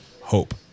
hope